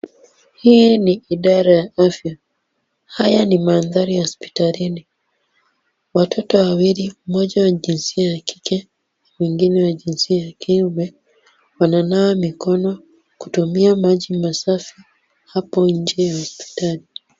Hii ni idara ya afya haya ni mandhari ya hospitalini, watoto wawili mmoja wa jinsia ya kike, mwingine wa jinsia ya kiume, wananawa mikono kutumia maji masafi hapo nje ya hospitali.